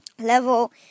level